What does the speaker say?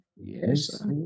yes